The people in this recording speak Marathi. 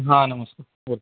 हां नमस्कार बोल